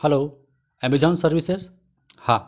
hello Amazon services हां